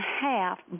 half